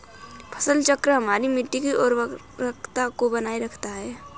फसल चक्र हमारी मिट्टी की उर्वरता को बनाए रखता है